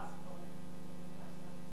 הודעה למזכירת הכנסת,